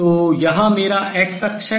तो यहाँ मेरा x अक्ष है